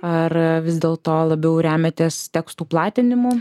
ar vis dėlto labiau remiatės tekstų platinimu